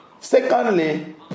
Secondly